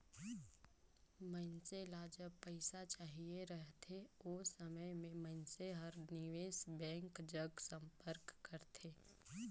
मइनसे ल जब पइसा चाहिए रहथे ओ समे में मइनसे हर निवेस बेंक जग संपर्क करथे